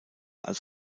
als